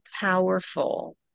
powerful